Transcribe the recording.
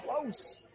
close